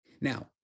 Now